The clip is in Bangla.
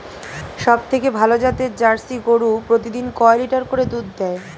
সবথেকে ভালো জাতের জার্সি গরু প্রতিদিন কয় লিটার করে দুধ দেয়?